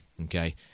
okay